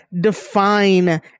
define